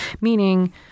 Meaning